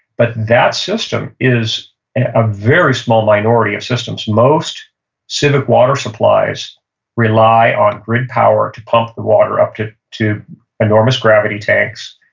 but that system is a very small minority of systems. most civic water supplies rely on grid power to pump the water out to to enormous gravity tanks.